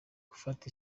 gufata